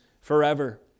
forever